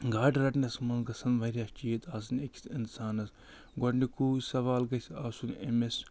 گاڈٕ رٹنَس منٛز گژھَن واریاہ چیٖز آسٕنۍ أکِس اِنسانَس گۄڈٕنیُکُے سوال گژھِ آسُن أمِس